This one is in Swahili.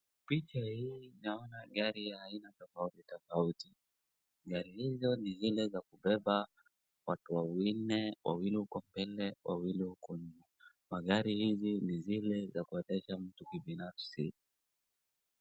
Picha hii naona gari ya aina tofauti tofauti. Gari hizo ni zile za kubeba watu wanne, wawili huko mbele wawili huku nyuma. Magari hizi ni zile za kuendesha mtu kibinafsi.